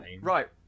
Right